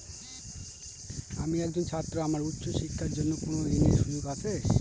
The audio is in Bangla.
আমি একজন ছাত্র আমার উচ্চ শিক্ষার জন্য কোন ঋণের সুযোগ আছে?